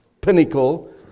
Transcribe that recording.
pinnacle